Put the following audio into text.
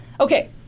Okay